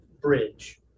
bridge